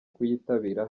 kuyitabira